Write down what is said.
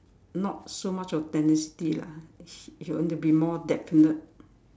not so much of tenacity lah you want to be more definite